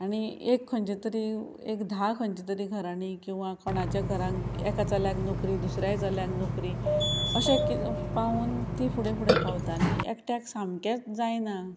आनी एक खंयचे तरी एक धा खंयचे तरी घराणीं किंवां कोणाच्या घरांक एका चल्याक नोकरी दुसऱ्याय चल्याक नोकरी अशें की पावोन तीं फुडें फुडें पावता आनी एकट्याक सामकेंच जायना